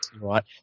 Right